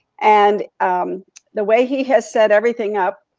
and the way he has set everything up,